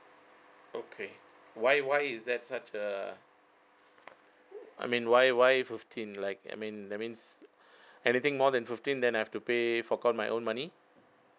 okay why why is that such a I mean why why fifteen like I mean that means anything more than fifteen then I have to pay fork out my own money